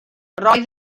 roedd